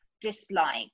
dislike